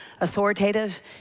authoritative